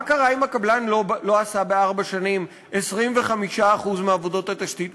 מה קורה אם הקבלן לא עשה בארבע שנים 25% מעבודות התשתיות?